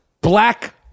Black